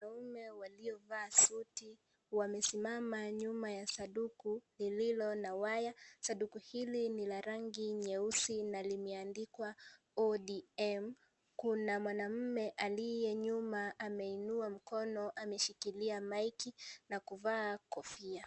Wanaume waliovaa suti wamesimama nyuma ya sanduku lililo na waya, sanduku hilo lina rangi ya nyeusi na limeandikwa ODM. Kuna mwanaume aliye nyuma ameinua mkono ameshikilia maiki na kuvaa kofia.